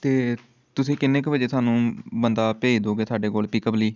ਅਤੇ ਤੁਸੀਂ ਕਿੰਨੇ ਕੁ ਵਜੇ ਸਾਨੂੰ ਬੰਦਾ ਭੇਜ ਦੋਗੇ ਸਾਡੇ ਕੋਲ ਪਿਕਅੱਪ ਲਈ